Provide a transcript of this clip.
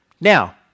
Now